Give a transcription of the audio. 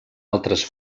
altres